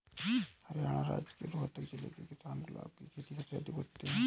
हरियाणा राज्य के रोहतक जिले के किसान गुलाब की खेती सबसे अधिक करते हैं